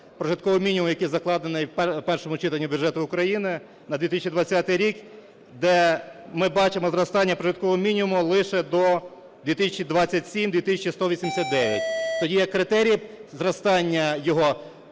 прожитковий мінімум, який закладений в першому читанні бюджету України на 2020 рік, де ми бачимо зростання прожиткового мінімуму лише до 2027-2189, тоді як критерій зростання його